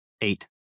Eight